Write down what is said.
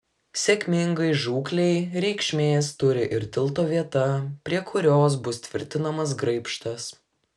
sėkmingai žūklei reikšmės turi ir tilto vieta prie kurios bus tvirtinamas graibštas